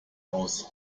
aus